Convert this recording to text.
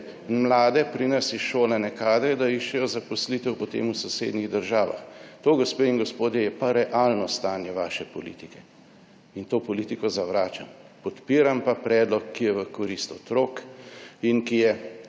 mlade, pri nas izšolane kadre, da iščejo zaposlitev potem v sosednjih državah. To, gospe in gospodje, je pa realno stanje vaše politike in to politiko zavračam. Podpiram pa predlog, ki je v korist otrokom in ki je